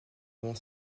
avant